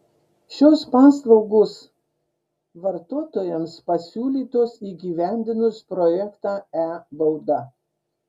šios paslaugos vartotojams pasiūlytos įgyvendinus projektą e bauda